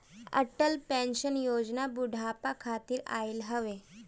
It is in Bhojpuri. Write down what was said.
अटल पेंशन योजना बुढ़ापा खातिर आईल हवे